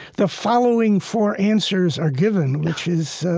the following four answers are given, which is